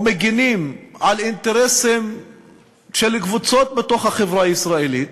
או מגינים על אינטרסים של קבוצות בתוך החברה הישראלית